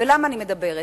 ולמה אני מדברת?